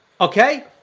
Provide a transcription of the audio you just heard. Okay